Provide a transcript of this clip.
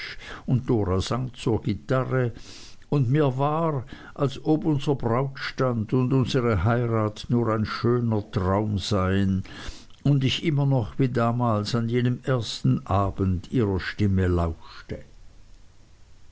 zur gitarre und mir war als ob unser brautstand und unsere heirat nur ein schöner traum seien und ich immer noch wie damals an jenem ersten abend ihrer stimme lauschte